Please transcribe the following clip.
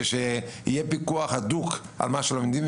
ושיהיה פיקוח הדוק על מה שלומדים.